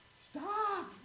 stop